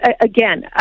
again